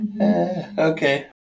Okay